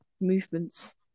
movements